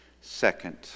Second